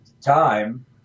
time